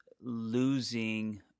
losing